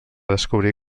descobrir